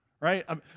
Right